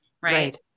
Right